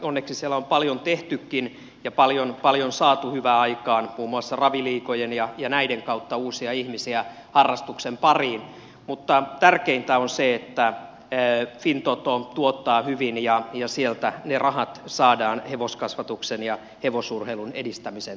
onneksi siellä on paljon tehtykin ja paljon saatu hyvää aikaan muun muassa raviliigojen ja näiden kautta uusia ihmisiä harrastuksen pariin mutta tärkeintä on se että fintoto tuottaa hyvin ja sieltä ne rahat saadaan hevoskasvatuksen ja hevosurheilun edistämiseen tulevaisuudessa